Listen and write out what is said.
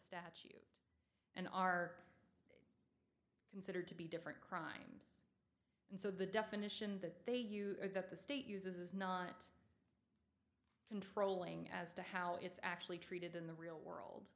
statue and are considered to be different crimes and so the definition that they use that the state uses is not controlling as to how it's actually treated in the real world